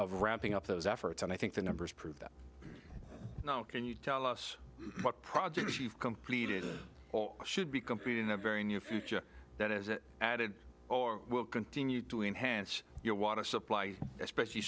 of ramping up those efforts and i think the numbers prove that can you tell us what projects you've completed or should be completed in the very near future that is added or will continue to enhance your water supply especially